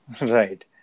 Right